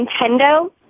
Nintendo